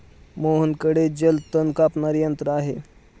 मोहनकडे जलतण कापणारे यंत्र आहे